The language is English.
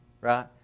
right